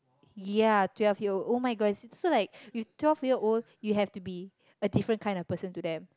ya twelve year old oh-my-gosh so like if twelve year old you have to be a different kind of person to them